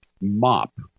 MOP